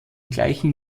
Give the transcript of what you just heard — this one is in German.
gleichen